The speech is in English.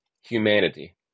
humanity